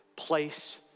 place